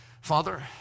Father